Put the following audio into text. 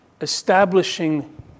establishing